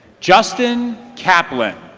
justin kaplan.